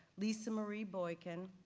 lisa marie boykin,